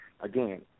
again